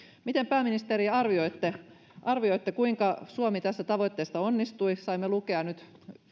miten pääministeri arvioitte arvioitte kuinka suomi tässä tavoitteessa onnistui saimme lukea nyt